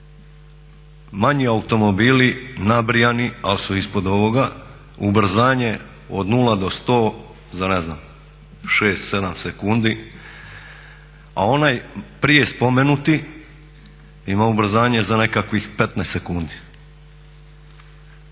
Manji automobili nabrijani, ali su ispod ovoga, ubrzanje od 0 do 100 za ne znam 6, 7 sekundi, a onaj prije spomenuti ima ubrzanje za nekakvih 15 sekundi.